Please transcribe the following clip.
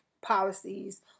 policies